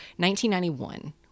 1991